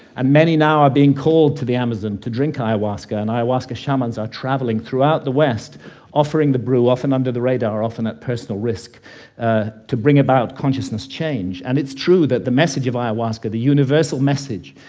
and many now are being called to the amazon to drink ayahuasca, and ayahuasca shamans are traveling throughout the west offering the brew often under the radar, often at personal risk ah to bring about consciousness change. and it's true that the message of ayahuasca, the universal message,